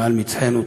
מעל מצחנו.